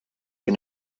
que